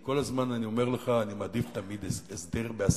כל הזמן אני אומר לך, אני מעדיף תמיד הסדר בהסכמה.